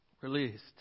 released